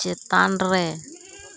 ᱪᱮᱛᱟᱱ ᱨᱮ